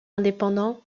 indépendant